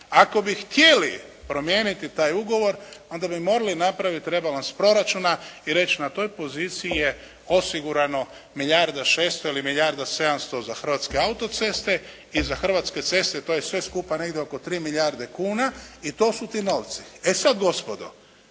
Ako bi htjeli promijeniti taj ugovor onda bi morali napraviti rebalans proračuna i reći na toj poziciji je osigurano milijarda 600 ili milijarda 700 za Hrvatske auto-ceste i za Hrvatske ceste, to je sve skupa negdje oko 3 milijarde kuna i to su ti novci. E sad gospodo,